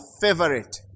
favorite